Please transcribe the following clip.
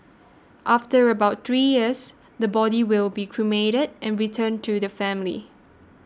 after about three years the body will be cremated and returned to the family